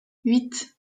huit